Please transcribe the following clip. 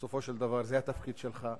בסופו של דבר זה התפקיד שלך,